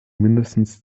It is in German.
mindestens